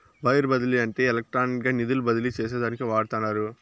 wire బదిలీ అంటే ఎలక్ట్రానిక్గా నిధులు బదిలీ చేసేదానికి వాడతండారు